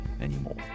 anymore